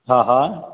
हा हा